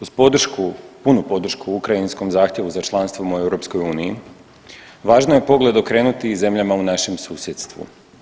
Uz podršku, punu podršku ukrajinskom zahtjevu za članstvom u EU važno je pogled okrenuti i zemljama u našem susjedstvu.